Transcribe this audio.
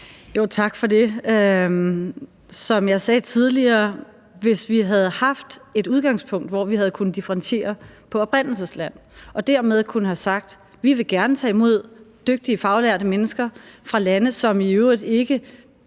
Tak for det. Som jeg sagde tidligere: Hvis vi havde haft et udgangspunkt, hvor vi havde kunnet differentiere på oprindelsesland og dermed kunne have sagt, at vi gerne vil tage imod dygtige faglærte mennesker fra lande, som i øvrigt ikke